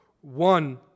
one